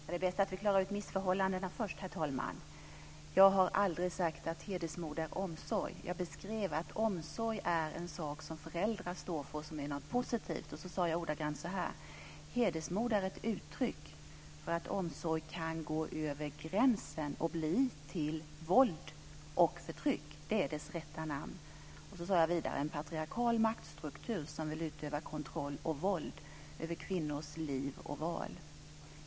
Herr talman! Det är bäst att vi klarar ut missuppfattningarna först. Jag har aldrig sagt att hedersmord är omsorg. Jag beskrev att omsorg är en sak som föräldrar står för och som är något positivt. Jag sade ordagrant så här: Hedersmord är ett uttryck för en omsorg som går över gränsen och blir till våld och förtryck. Det är dess rätta namn. Vidare sade jag: Det är en patriarkal maktstruktur som vill utöva kontroll och våld mot kvinnors liv och val.